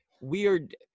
weird